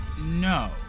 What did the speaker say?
no